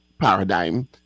paradigm